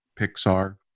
Pixar